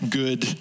good